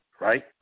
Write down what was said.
right